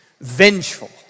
vengeful